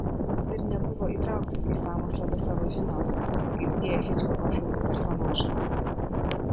ir nebuvo įtrauktas į sąmokslą be savo žinios kaip tie hičkoko filmų personažai